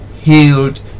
healed